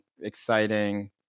exciting